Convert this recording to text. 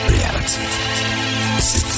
reality